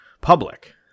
public